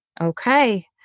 Okay